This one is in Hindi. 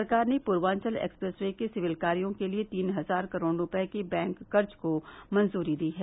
सरकार ने पूर्वांचल एक्सप्रेस वे के सिविल कार्यो के लिए तीन हजार करोड़ रूपये के बैंक कर्ज को मंजूरी दी है